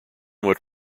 what